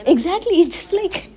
exactly is just like